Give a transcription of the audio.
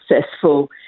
successful